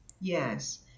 Yes